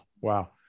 Wow